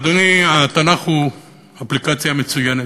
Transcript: אדוני, התנ"ך הוא אפליקציה מצוינת.